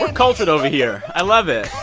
and cultured over here. i love it.